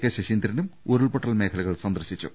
K ശശീന്ദ്രനും ഉരുൾപൊട്ടൽ മേഖലകൾ സന്ദർശിച്ചു